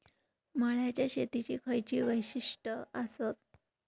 मळ्याच्या शेतीची खयची वैशिष्ठ आसत?